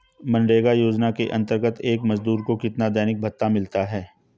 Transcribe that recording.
मनरेगा योजना के अंतर्गत एक मजदूर को कितना दैनिक भत्ता मिलता है?